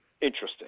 Interesting